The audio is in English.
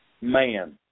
man